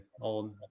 old